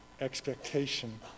expectation